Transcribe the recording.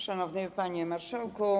Szanowny Panie Marszałku!